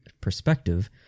perspective